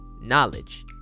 knowledge